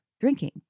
drinking